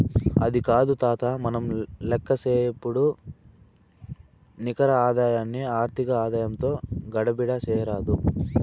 అది కాదు తాతా, మనం లేక్కసేపుడు నికర ఆదాయాన్ని ఆర్థిక ఆదాయంతో గడబిడ చేయరాదు